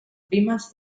primes